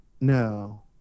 No